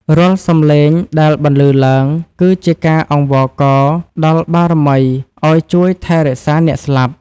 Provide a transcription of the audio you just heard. រាល់សំឡេងដែលបន្លឺឡើង គឺជាការអង្វរករដល់បារមីឱ្យជួយថែរក្សាអ្នកស្លាប់។